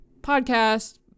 podcast